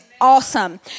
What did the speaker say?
awesome